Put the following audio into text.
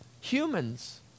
humans